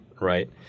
right